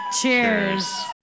Cheers